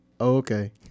Okay